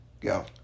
go